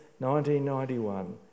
1991